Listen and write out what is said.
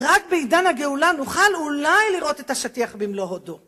רק בעידן הגאולה נוכל אולי לראות את השטיח במלוא הודו.